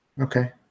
Okay